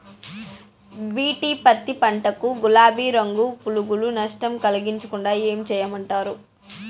BT పత్తి పంట కు, గులాబీ రంగు పులుగులు నష్టం కలిగించకుండా ఏం చేయమంటారు?